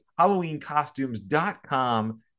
HalloweenCostumes.com